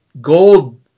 gold